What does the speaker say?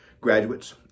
graduates